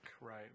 right